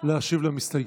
להשיב למסתייגים.